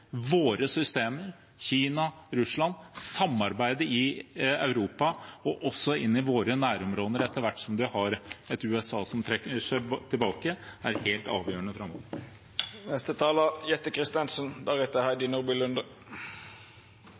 våre systemer – Kina, Russland – samarbeide i Europa og i våre nærområder etter hvert som vi har et USA som trekker seg tilbake, er helt avgjørende framover.